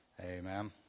amen